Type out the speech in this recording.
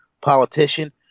politician